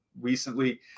recently